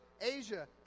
Asia